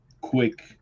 quick